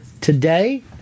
Today